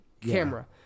camera